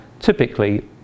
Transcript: typically